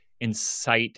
incite